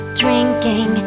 drinking